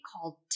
called